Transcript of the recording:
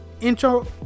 Intro